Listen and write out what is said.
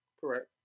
Correct